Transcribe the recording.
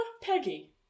Peggy